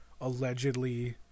allegedly